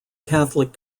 catholic